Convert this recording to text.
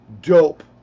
dope